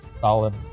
Solid